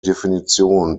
definition